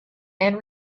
and